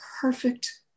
perfect